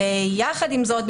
יחד עם זאת,